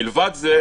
מלבד זה,